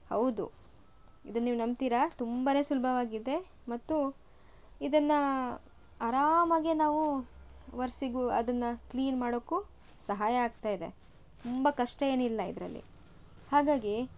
ಹೌದು ಇದನ್ನು ನೀವು ನಂಬ್ತೀರಾ ತುಂಬಾ ಸುಲಭವಾಗಿದೆ ಮತ್ತು ಇದನ್ನು ಆರಾಮಾಗಿ ನಾವು ವರ್ಸಿಗು ಅದನ್ನು ಕ್ಲೀನ್ ಮಾಡೋಕು ಸಹಾಯ ಆಗ್ತಯಿದೆ ತುಂಬ ಕಷ್ಟ ಏನಿಲ್ಲ ಇದರಲ್ಲಿ ಹಾಗಾಗಿ